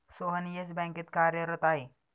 Sohan Yes बँकेत कार्यरत आहे